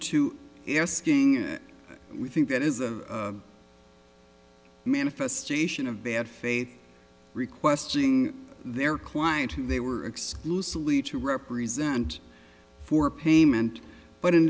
asking it we think that is a manifestation of bad faith requesting their client who they were exclusively to represent for payment but in